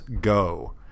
Go